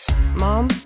Mom